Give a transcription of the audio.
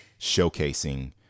showcasing